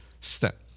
step